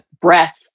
breath